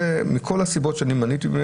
מכל הסיבות שמניתי,